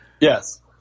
Yes